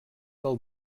del